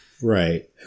Right